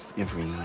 every